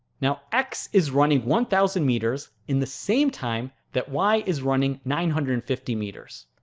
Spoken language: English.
now x is running one thousand meters in the same time that y is running nine hundred and fifty meters.